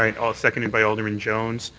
may seconded by alderman jones.